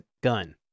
gun